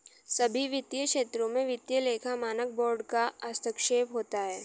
सभी वित्तीय क्षेत्रों में वित्तीय लेखा मानक बोर्ड का हस्तक्षेप होता है